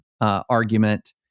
argument